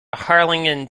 harlingen